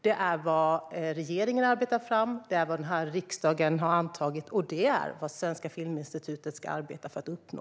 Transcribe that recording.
Det är vad regeringen har arbetat fram, det är vad riksdagen har antagit och det är vad Svenska Filminstitutet ska arbeta för att uppnå.